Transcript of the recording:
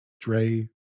Dre